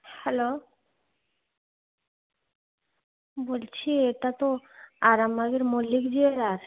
hello বলছি এটা তো আরামবাগের মল্লিক জুয়েলার্স